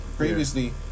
previously